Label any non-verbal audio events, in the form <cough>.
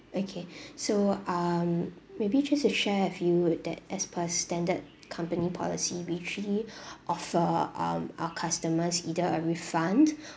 okay <breath> so um maybe just to share with you that as per standard company policy we actually offer um our customers either a refund